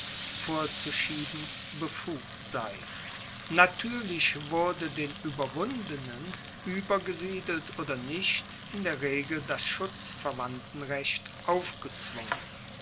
vorzuschieben befugt sei natuerlich wurde den ueberwundenen uebergesiedelt oder nicht in der regel das schutzverwandtenrecht aufgezwungen